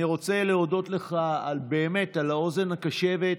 אני רוצה להודות לך באמת על האוזן הקשבת,